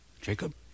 Jacob